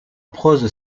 prose